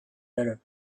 better